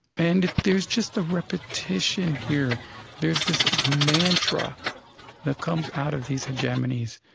and there's just a repetition here there's this mantra that comes out of these hegemonies,